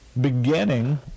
beginning